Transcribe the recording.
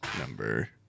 number